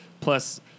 plus